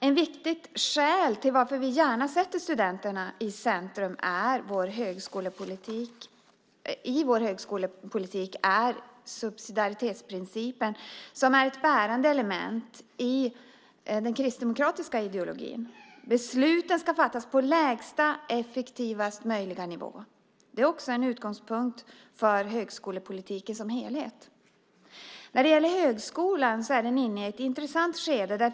Ett viktigt skäl till att vi gärna sätter studenterna i centrum i vår högskolepolitik är subsidiaritetsprincipen, som är ett bärande element i den kristdemokratiska ideologin. Besluten ska fattas på lägsta och effektivast möjliga nivå. Det är också en utgångspunkt för högskolepolitiken som helhet. Högskolan är inne i ett intressant skede.